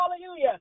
hallelujah